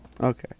Okay